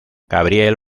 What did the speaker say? gabriel